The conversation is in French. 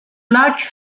lac